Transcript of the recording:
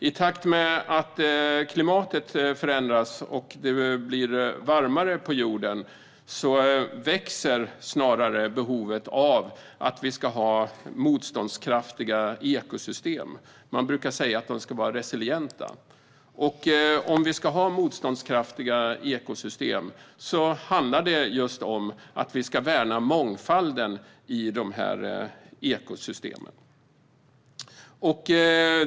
I takt med att klimatet förändras och det blir varmare på jorden växer snarare behovet av motståndskraftiga ekosystem. Man brukar säga att de ska vara resilienta. Om vi ska ha motståndskraftiga ekosystem handlar det just om att vi ska värna mångfalden i ekosystemen.